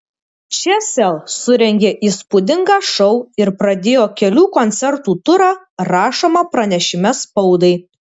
čia sel surengė įspūdingą šou ir pradėjo kelių koncertų turą rašoma pranešime spaudai